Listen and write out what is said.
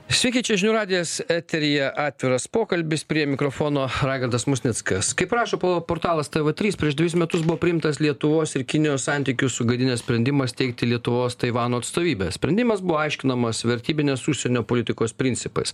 sveiki čia žinių radijas eteryje atviras pokalbis prie mikrofono raigardas musnickas kaip rašo po portalas tv trys prieš dvejus metus buvo priimtas lietuvos ir kinijos santykius sugadinęs sprendimas steigti lietuvos taivano atstovybę sprendimas buvo aiškinamas vertybinės užsienio politikos principais